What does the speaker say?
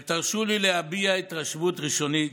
ותרשו לי להביע התרשמות ראשונית,